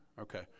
Okay